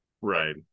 Right